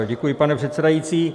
Děkuji, pane předsedající.